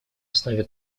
основе